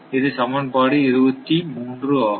இது சமன்பாடு ஆகும்